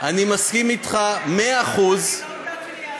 אני מסכים אתך במאה אחוז, מי הזכיין.